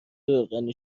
روغنی